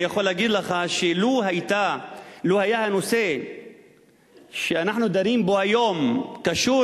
אני יכול להגיד לך שלו היה הנושא שאנחנו דנים בו היום קשור,